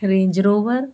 Range Rover